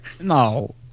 No